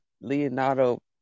Leonardo